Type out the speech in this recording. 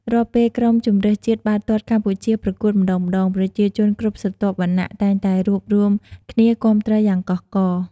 រាល់ពេលក្រុមជម្រើសជាតិបាល់ទាត់កម្ពុជាប្រកួតម្តងៗ ប្រជាជនគ្រប់ស្រទាប់វណ្ណៈតែងតែរួបរួមគ្នាគាំទ្រយ៉ាងកោះករ។